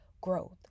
growth